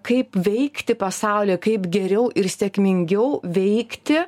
kaip veikti pasaulį kaip geriau ir sėkmingiau veikti